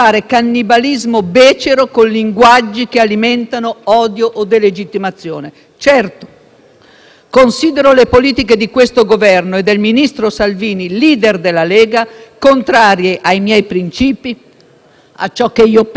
considero le politiche di questo Governo e del ministro Salvini, *leader* della Lega, contrarie ai miei principi, a ciò che penso sia utile per l'Italia, per la sua crescita, per il suo benessere, per la convivenza civile e democratica.